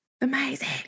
Amazing